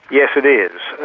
yes it is.